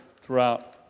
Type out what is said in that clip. throughout